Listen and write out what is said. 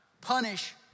punish